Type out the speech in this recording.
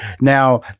Now